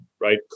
right